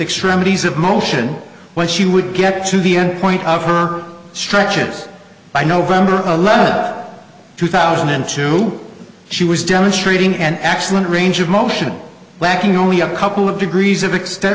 extremities of motion when she would get to the end point of her stretches by november two thousand and two she was demonstrating an excellent range of motion lacking only a couple of degrees of extent